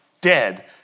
dead